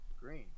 green